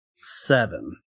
seven